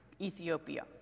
Ethiopia